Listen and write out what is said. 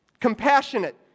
Compassionate